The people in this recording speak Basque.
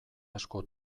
asko